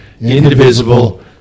indivisible